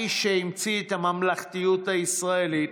האיש שהמציא את הממלכתיות הישראלית